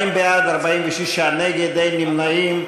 נגד, אין נמנעים.